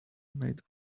made